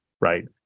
right